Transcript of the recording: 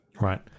Right